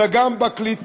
אלא גם בקליטה.